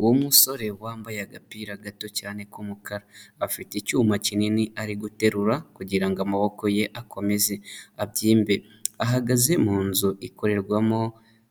Uwo musore wambaye agapira gato cyane k'umukara, afite icyuma kinini ari guterura kugira ngo amaboko ye akomeze abyimbe, ahagaze mu nzu ikorerwamo